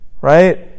right